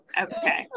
Okay